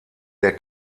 der